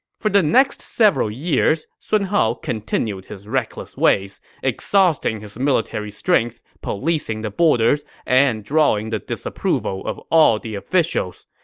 for the next several years, sun hao continued his reckless ways, exhausting his military strength policing the borders and drawing the disapproval of all the officials.